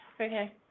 Okay